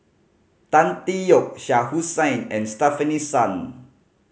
Tan Tee Yoke Shah Hussain and Stefanie Sun